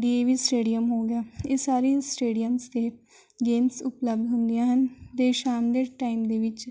D A V stadium ਹੋ ਗਿਆ ਇਹ ਸਾਰੇ ਸਟੇਡੀਅਮਸ 'ਤੇ ਗੇਮਜ਼ ਉਪਲਬਧ ਹੁੰਦੀਆਂ ਹਨ ਅਤੇ ਸ਼ਾਮ ਦੇ ਟਾਈਮ ਦੇ ਵਿੱਚ